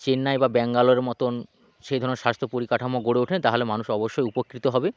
চেন্নাই বা ব্যাঙ্গালোরের মতন সে ধরনের স্বাস্থ্য পরিকাঠামো গড়ে ওঠে তাহলে মানুষ অবশ্যই উপকৃত হবে